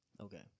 Okay